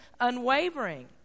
unwavering